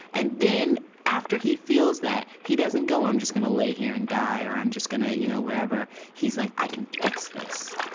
and then, after he feels that, he doesn't go, oh, i'm just gonna lay here and die, or i'm just gonna you know whatever. he's like, i can fix this.